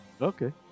Okay